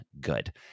good